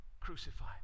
crucify